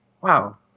wow